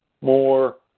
more